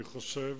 אני חושב,